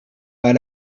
pas